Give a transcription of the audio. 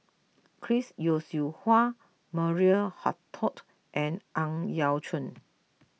Chris Yeo Siew Hua Maria Hertogh and Ang Yau Choon